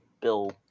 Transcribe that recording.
Bill